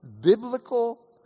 biblical